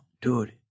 dude